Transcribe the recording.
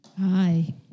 Hi